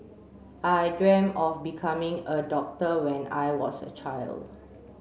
I dreamt of becoming a doctor when I was a child